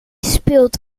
speelt